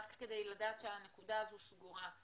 רק כדי לדעת שהנקודה הזאת סגורה.